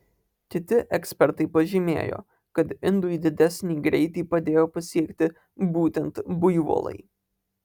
kiti ekspertai pažymėjo kad indui didesnį greitį padėjo pasiekti būtent buivolai